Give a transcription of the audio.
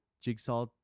jigsaw